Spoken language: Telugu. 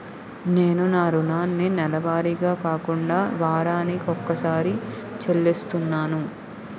నేను నా రుణాన్ని నెలవారీగా కాకుండా వారాని కొక్కసారి చెల్లిస్తున్నాను